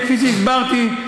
כפי שהסברתי,